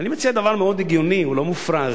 אני מציע דבר מאוד הגיוני, הוא לא מופרז: